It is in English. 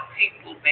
people